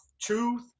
Truth